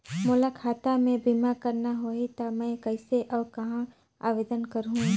मोला खाता मे बीमा करना होहि ता मैं कइसे और कहां आवेदन करहूं?